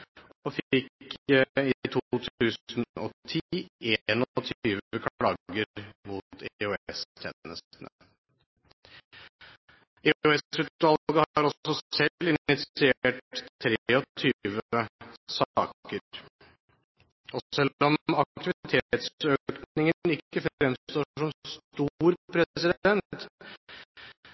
og fikk i 2010 21 klager mot EOS-tjenestene. EOS-utvalget har også selv initiert 23 saker. Selv om aktivitetsøkningen ikke